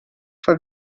for